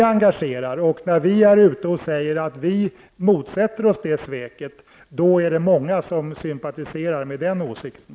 Det engagerar, och när vi ute i skolorna säger att vi motsätter oss det sveket, är det många som sympatiserar med den åsikten.